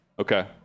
Okay